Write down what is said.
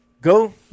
go